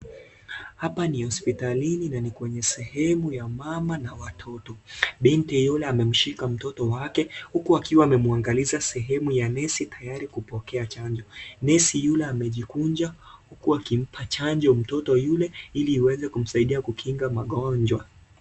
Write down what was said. Hapa ni hospitalini na ni kwenye sehemu ya mama na watoto, binti yule amemshika mtoro wake huku akiwa amemwangaliza sehemu ya nesi tayari kupokea chanjo, nesi yule amejikunja huku akimpa chanjo mtoto yule ili iweze kumsaidia kukinga magonjwa.